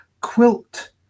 quilt